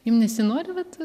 jum nesinori vat